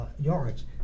yards